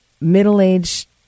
middle-aged